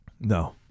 No